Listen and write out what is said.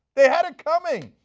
they had it coming.